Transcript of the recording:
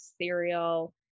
cereal